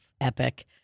epic